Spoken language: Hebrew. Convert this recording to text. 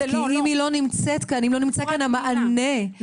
כי אם לא נמצא כאן המענה,